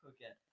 Okay